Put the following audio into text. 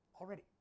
already